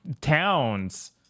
towns